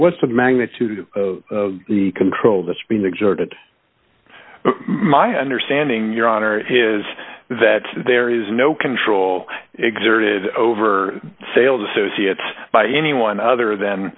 was the magnitude of the control that's being exerted my understanding your honor is that there is no control exerted over sales associates by anyone other than